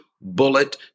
bullet